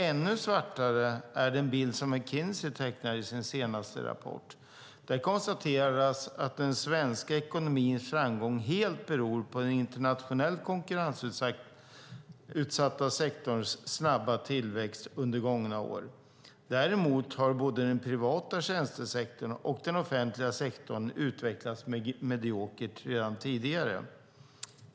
Ännu svartare är den bild som McKinsey tecknar i sin senaste rapport. Där konstateras att den svenska ekonomins framgång helt beror på den internationellt konkurrensutsatta sektorns snabba tillväxt under gångna år. Däremot har både den privata tjänstesektorn och den offentliga sektorn utvecklats mediokert redan tidigare.